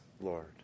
Lord